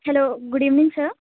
hello good evening sir